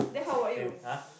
!huh! question me !huh!